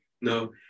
No